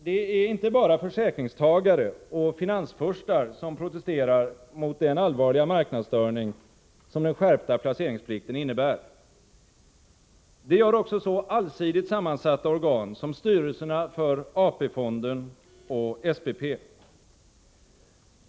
Det är inte bara försäkringstagare och finansfurstar som protesterar mot den allvarliga marknadsstörning som den skärpta placeringsplikten innebär. Det gör också så allsidigt sammansatta organ som styrelserna för AP-fonden och SPP.